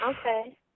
Okay